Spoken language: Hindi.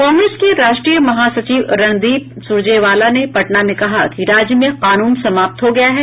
कांग्रेस के राष्ट्रीय महासचिव रणदीप सुरजेवाला ने पटना में कहा कि राज्य में कानून समाप्त हो गया है